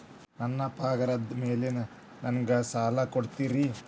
ನನ್ನ ಪಗಾರದ್ ಮೇಲೆ ನಂಗ ಸಾಲ ಕೊಡ್ತೇರಿ?